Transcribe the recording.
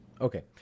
okay